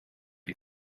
you